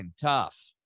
tough